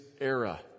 era